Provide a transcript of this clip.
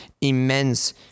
immense